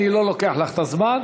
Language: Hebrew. אני לא לוקח לך את הזמן,